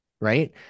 right